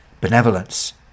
benevolence